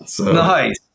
Nice